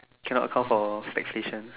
cannot count for flag station